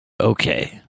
Okay